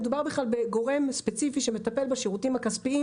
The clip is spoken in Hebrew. מדובר בגורם ספציפי שמטפל בשירותים הכספיים.